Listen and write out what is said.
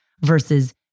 versus